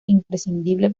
imprescindible